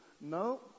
No